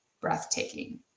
breathtaking